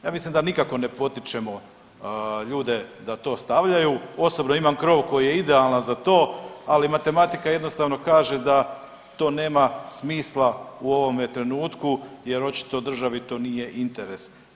Ja mislim da nikako ne potičemo ljude da to stavljaju, osobno imamo krov koji je idealan za to, ali matematika jednostavno kaže da to nema smisla u ovome trenutku jer očito državi to nije interes.